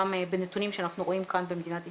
גם בנתונים שאנחנו רואים כאן במדינת ישראל,